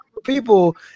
people